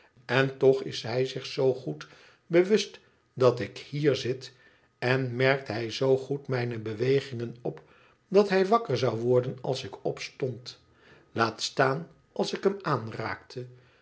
en toch is hij zich zoo goed bewust dat ik hier zit en merkt hij zoo goed mijne bewegingen op dat hij wakker zou worden als ik opstond laat staan als ik hem aanraakte